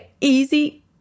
easy